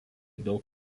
daug